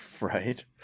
Right